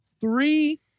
three